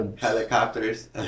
helicopters